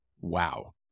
Wow